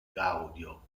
gaudio